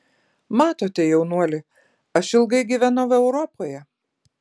matote jaunuoli aš ilgai gyvenau europoje